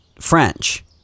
French